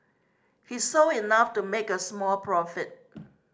he sold enough to make a small profit